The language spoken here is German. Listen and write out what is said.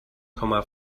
komma